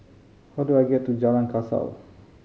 how do I get to Jalan Kasau